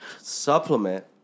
supplement